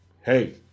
Hey